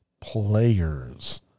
players